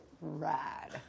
rad